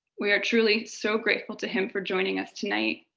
we are truly so grateful to him for joining us tonight.